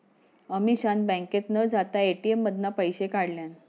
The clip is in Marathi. अमीषान बँकेत न जाता ए.टी.एम मधना पैशे काढल्यान